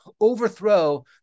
overthrow